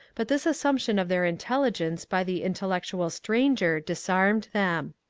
but this assumption of their intelligence by the intellectual stranger disarmed them.